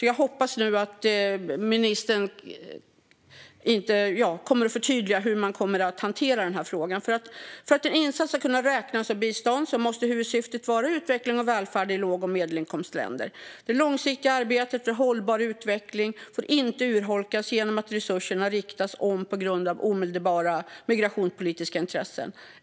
Jag hoppas därför att ministern kan förtydliga hur man kommer att hantera detta. För att en insats ska kunna räknas som bistånd måste huvudsyftet vara utveckling och välfärd i låg och medelinkomstländer. Det långsiktiga arbetet för hållbar utveckling får inte urholkas genom att resurserna riktas om på grund av omedelbara migrationspolitiska intressen.